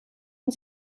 van